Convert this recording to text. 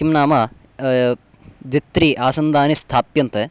किं नाम द्वित्रि आसन्दानि स्थाप्यन्ते